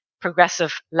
progressive